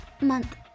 month